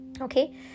Okay